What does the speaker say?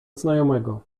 znajomego